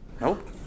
Nope